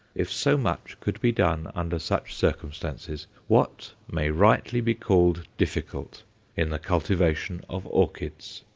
if so much could be done under such circumstances, what may rightly be called difficult in the cultivation of orchids?